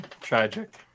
tragic